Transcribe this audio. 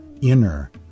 inner